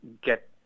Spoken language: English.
get